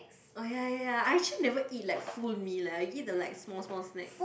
oh ya ya ya actually never eat like full meal lah eat the like small small snacks